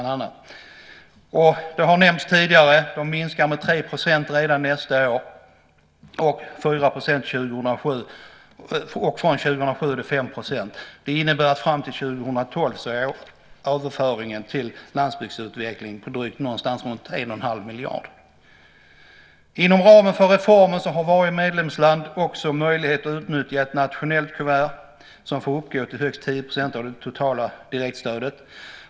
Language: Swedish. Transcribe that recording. Det har nämnts tidigare att de minskar med 3 % redan nästa år, med 4 % 2007 och från 2007 minskar det med 5 %. Det innebär att överföringen till landsbygdsutveckling kommer att ligga någonstans runt 3 1⁄2 miljarder. Inom ramen för reformen har varje medlemsland också möjlighet att utnyttja ett nationellt kuvert som får uppgå till högst 10 % av det totala direktstödet.